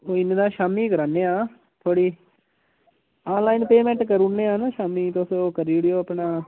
कोई नीं शामीं कराने आं थोह्ड़ी ऑनलाइन पेमेंट करी ओड़नेआं ना शामीं तुस ओह् करी ओड़ेओ अपना